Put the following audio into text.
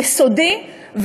יסודי,